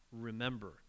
remember